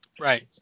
Right